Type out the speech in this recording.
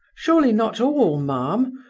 surely not all, ma'am?